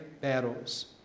battles